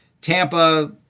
Tampa